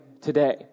today